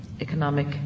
economic